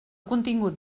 contingut